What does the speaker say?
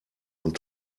und